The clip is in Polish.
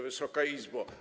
Wysoka Izbo!